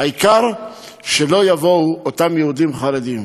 העיקר שלא יבואו אותם יהודים חרדים.